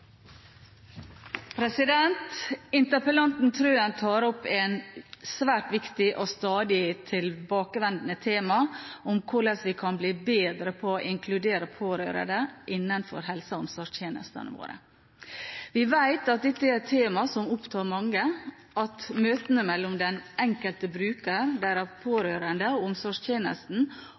tjenestetilbudet. Interpellanten Trøen tar opp et svært viktig og stadig tilbakevendende tema om hvordan vi kan bli bedre på å inkludere pårørende innenfor helse- og omsorgstjenestene våre. Vi vet at dette er et tema som opptar mange – at møtene mellom den enkelte bruker, deres pårørende og omsorgstjenesten